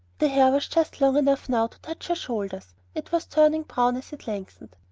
the hair was just long enough now to touch her shoulders it was turning brown as it lengthened,